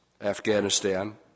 Afghanistan